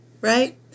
right